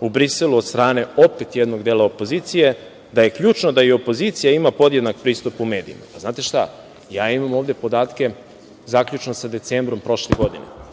u Briselu od strane opet jednog dela opozicije, da je ključno da i opozicija ima podjednak pristup u medijima. Znate šta? Ja imam ovde podatke zaključno sa decembrom prošle godine